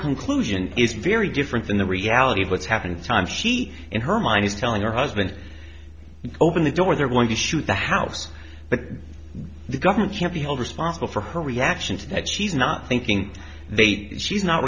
conclusion is very different than the reality of what's happened time she in her mind is telling her husband open the door they're going to shoot the house but the government can't be held responsible for her reaction to that she's not thinking they are not